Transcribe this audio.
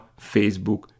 Facebook